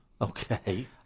Okay